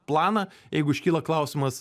planą jeigu iškyla klausimas